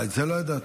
את זה לא ידעתי.